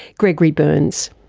gregory berns.